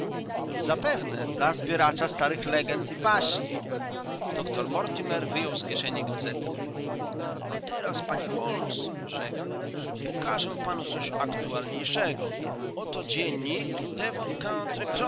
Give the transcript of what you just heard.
zapewne dla zbieracza starych legend i baśni doktor mortimer wyjął z kieszeni gazetę a teraz panie holmes rzekł pokażę panu coś aktualniejszego oto dziennik devon